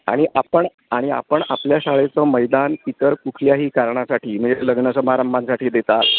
आणि आपण आणि आपण आपल्या शाळेचं मैदान इतर कुठल्याही कारणासाठी म्हणजे लग्न समारंभांसाठी देतात